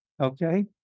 Okay